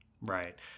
right